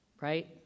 right